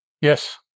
Yes